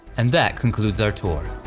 and that concludes our tour.